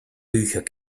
bücher